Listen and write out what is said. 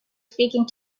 speaking